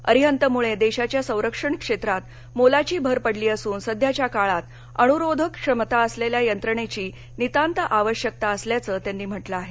अरिहंतमुळे देशाच्या संरक्षण क्षेत्रात मोलाची भर पडली असून सध्याच्या काळात अणुरोधक क्षमता असलेल्या यंत्रणेची नितांत आवश्यकता असल्याचं त्यांनी म्हटलं आहे